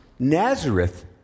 Nazareth